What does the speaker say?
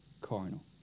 carnal